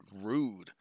rude